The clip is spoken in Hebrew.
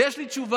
ויש לי תשובה.